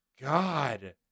God